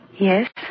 Yes